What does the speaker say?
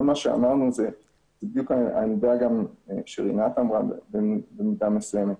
כל מה שאמרנו זה בדיוק העמדה שרינת אמרה במידה מסוימת.